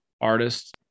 artists